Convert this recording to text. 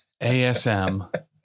ASM